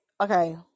Okay